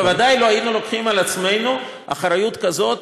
בוודאי לא היינו לוקחים על עצמנו אחריות כזאת